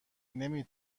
نمی